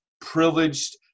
privileged